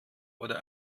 oder